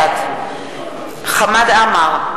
בעד חמד עמאר,